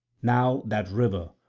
now that river,